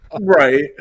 right